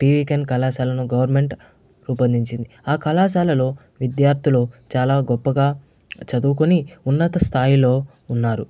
పీవీకెన్ కళాశాలను గవర్నమెంట్ రూపొందించింది ఆ కళాశాలలో విద్యార్థులు చాలా గొప్పగా చదువుకొని ఉన్నత స్థాయిలో ఉన్నారు